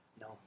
No